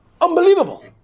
Unbelievable